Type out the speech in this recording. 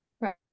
right